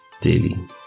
daily